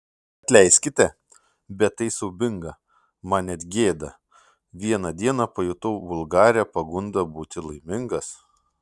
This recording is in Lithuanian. atleiskite bet tai siaubinga man net gėda vieną dieną pajutau vulgarią pagundą būti laimingas